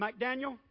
McDaniel